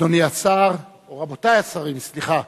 אדוני השר, או רבותי השרים, סליחה,